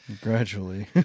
Gradually